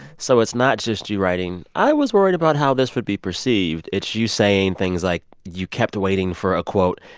so it's not just you writing, i was worried about how this would be perceived it's you saying things like, you kept waiting for a, quote,